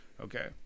Okay